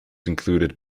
included